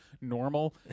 normal